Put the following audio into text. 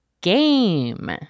game